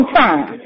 time